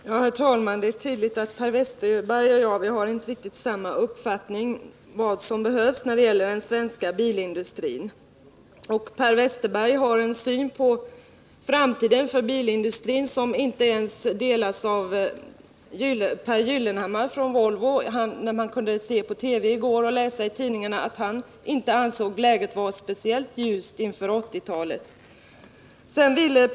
Herr talman! Det är tydligt att Per Westerberg och jag inte har riktigt samma uppfattning om vad som behövs när det gäller den svenska bilindustrin. Per Westerberg har en syn på bilindustrins framtid som inte ens delas av Pehr Gyllenhammar från Volvo. Man kunde se på TV i går — och läsa i tidningarna — att han inte ansåg läget vara speciellt ljust inför 1980-talet.